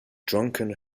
drunken